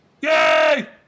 Yay